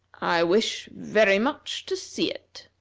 i wish very much to see it.